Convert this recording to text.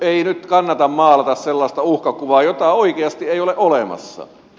ei nyt kannata maalata sellaista uhkakuvaa jota oikeasti ei ole olemassa